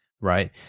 right